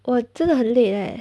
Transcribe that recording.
!wah! 真的很 late leh